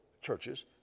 churches